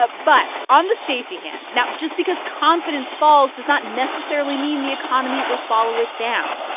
but but on the stacey hand now, just because confidence falls does not necessarily mean the economy will follow it down.